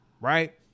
right